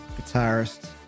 guitarist